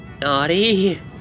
Naughty